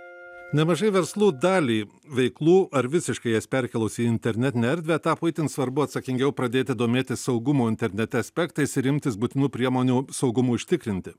nemažai verslų dalį veiklų ar visiškai jas perkėlus į internetinę erdvę tapo itin svarbu atsakingiau pradėti domėtis saugumo internete aspektais ir imtis būtinų priemonių saugumui užtikrinti